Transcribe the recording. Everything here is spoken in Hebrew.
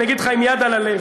אני אגיד לך עם יד על הלב,